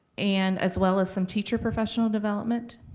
and as well as some teacher professional development.